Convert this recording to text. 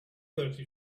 thirty